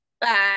Bye